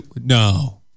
No